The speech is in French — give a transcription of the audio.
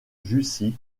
jussy